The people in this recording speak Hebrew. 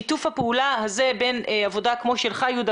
שיתוף הפעולה הזה בין עבודה כמו שלך יהודה